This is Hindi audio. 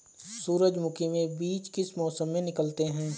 सूरजमुखी में बीज किस मौसम में निकलते हैं?